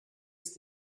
ist